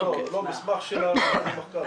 לא, מסמך של מרכז המחקר.